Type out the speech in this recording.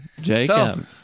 jacob